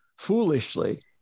foolishly